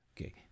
Okay